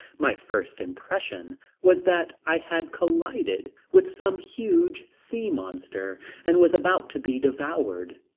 my first impression was that i had collided with some huge sea-monster and was about to be devoured.